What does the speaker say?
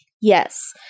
Yes